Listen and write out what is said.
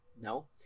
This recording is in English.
no